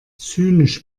zynisch